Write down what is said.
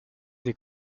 des